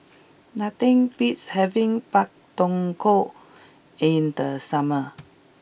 nothing beats having Pak Thong Ko in the summer